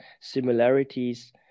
similarities